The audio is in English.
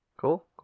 cool